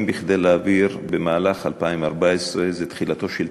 להעביר במהלך 2014. זה תחילתו של תיקון.